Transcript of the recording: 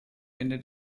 ende